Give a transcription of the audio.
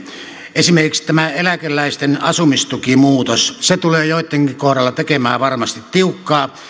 esimerkiksi tämä eläkeläisten asumistukimuutos se tulee joittenkin kohdalla tekemään varmasti tiukkaa